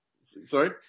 Sorry